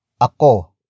ako